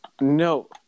No